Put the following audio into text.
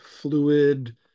fluid